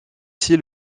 aussi